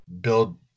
build